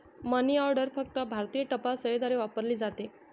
मनी order फक्त भारतीय टपाल सेवेद्वारे वापरली जाते